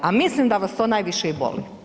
A mislim da vas to najviše i boli.